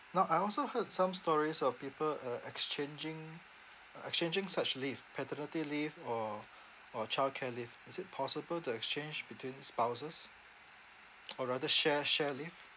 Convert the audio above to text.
now I also heard some stories of people uh exchanging uh exchanging such leave paternity leave or or childcare leave is it possible to exchange between spouses or rather share share leave